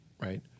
right